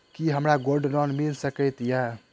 की हमरा gold loan मिल सकैत ये?